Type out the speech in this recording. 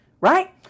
right